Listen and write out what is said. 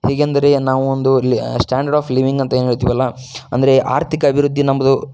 ಹೇಗೆಂದರೆ ನಾವೊಂದು ಲಿ ಸ್ಟ್ಯಾಂಡರ್ಡ್ ಆಫ್ ಲೀವಿಂಗ್ ಅಂತ ಏನು ಹೇಳ್ತಿವಲ್ಲ ಅಂದರೆ ಆರ್ಥಿಕ ಅಭಿವೃದ್ಧಿ ನಮ್ದು